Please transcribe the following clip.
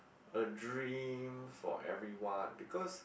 a dream for everyone because